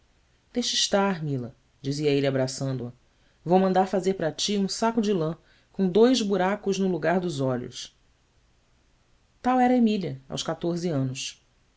deixa estar mila dizia ele abraçando a ou mandar fazer para ti um saco de lã com dois buracos no lugar dos olhos tal era emília aos quatorze anos